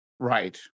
Right